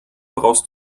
brauchst